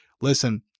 listen